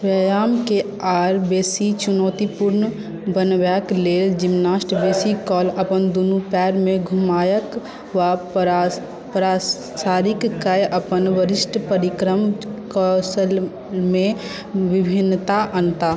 व्यायामकेॅं आर बेसी चुनौतीपूर्ण बनेबाक लेल जिमनास्ट बेसी काल अपन दुनू पएरमे घुमाकय वा पसारि कय अपन विशिष्ट परिक्रमा कौशलमे विभिन्नता अनताह